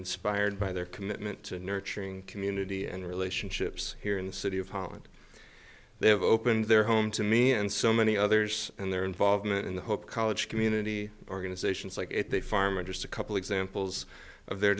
inspired by their commitment to nurturing community and relationships here in the city of holland they have opened their home to me and so many others and their involvement in the hope college community organizations like it they farm in just a couple examples of their